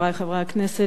חברי חברי הכנסת,